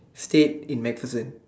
stayed in MacBook